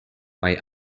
bei